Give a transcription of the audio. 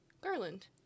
Garland